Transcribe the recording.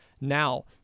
Now